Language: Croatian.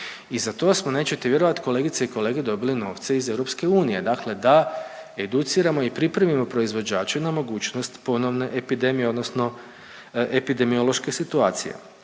I za to smo nećete vjerovati kolegice i kolege dobili novce iz EU, dakle da educiramo i pripremimo proizvođače na mogućnost ponovne epidemije, odnosno epidemiološke situacije.